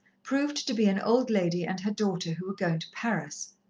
proved to be an old lady and her daughter who were going to paris.